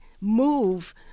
move